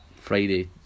Friday